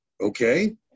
okay